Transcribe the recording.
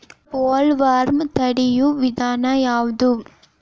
Bollworm ತಡಿಯು ವಿಧಾನ ಯಾವ್ದು?